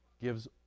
gives